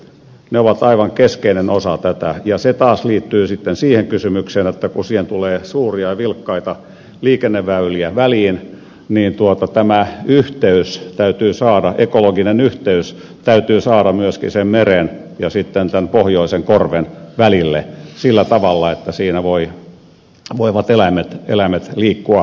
ne ovat aivan keskeinen osa tätä ja se taas liittyy sitten siihen kysymykseen että kun siihen tulee suuria ja vilkkaita liikenneväyliä väliin niin tämä ekologinen yhteys täytyy saada myöskin sen meren ja sitten tämän pohjoisen korven välille sillä tavalla että siinä voivat eläimet liikkua